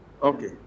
Okay